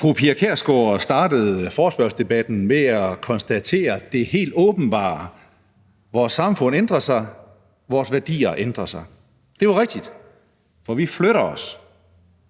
Fru Pia Kjærsgaard startede forespørgselsdebatten med at konstatere det helt åbenbare: Vores samfund ændrer sig, vores værdier ændrer sig. Det er jo rigtigt, for vi flytter os.